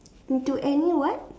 do any what